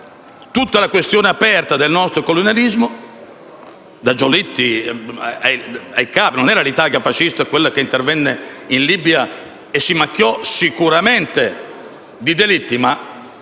tutta la questione aperta del nostro colonialismo a partire da Giolitti. Non era l'Italia fascista quella che intervenne in Libia e si macchiò sicuramente di delitti, ma